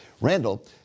Randall